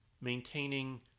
maintaining